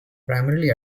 primarily